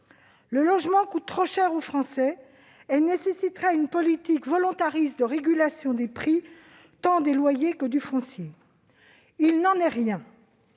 Le logement coûte trop cher aux Français et nécessiterait une politique volontariste de régulation des prix, tant des loyers que du foncier. Mais il n'en est rien